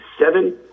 seven